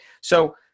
So-